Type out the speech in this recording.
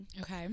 Okay